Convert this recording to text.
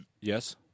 Yes